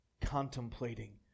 contemplating